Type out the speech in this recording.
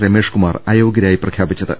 രമേഷ്കുമാർ അയോഗൃരായി പ്രഖ്യാ പിച്ചത്